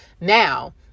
Now